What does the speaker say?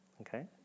Okay